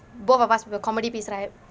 both of us we have a comedy piece right